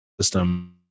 system